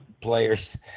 players